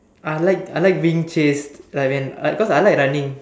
I like I like being chased like when cause I like running